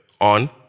on